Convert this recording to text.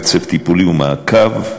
רצף טיפולי ומעקב,